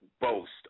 boast